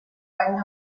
einen